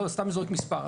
אני סתם זורק מספר,